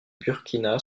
burkina